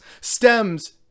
stems